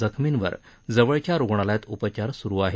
जखमींवर जवळच्या रुग्णालयात उपचार सुरु आहेत